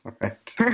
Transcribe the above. Right